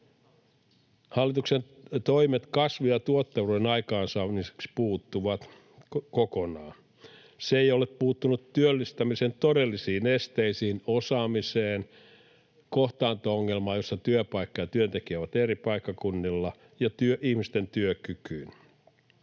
Hallituksen toimet kasvun ja tuottavuuden aikaansaamiseksi puuttuvat kokonaan. Se ei ole puuttunut työllistämisen todellisiin esteisiin: osaamiseen, kohtaanto-ongelmaan, jossa työpaikka ja työntekijä ovat eri paikkakunnilla, ja ihmisten työkykyyn.